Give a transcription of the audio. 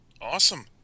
Awesome